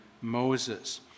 Moses